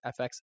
FX